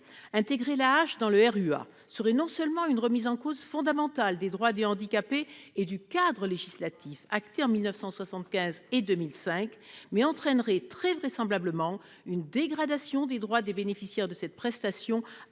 Intégrer l'AAH dans le RUA serait non seulement une remise en cause fondamentale des droits des handicapés et du cadre législatif acté en 1975 et en 2005, mais entraînerait de surcroît très vraisemblablement une dégradation des droits des bénéficiaires de cette prestation, alors